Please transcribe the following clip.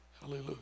Hallelujah